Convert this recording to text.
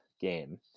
game